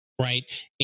right